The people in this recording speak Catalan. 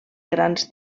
grans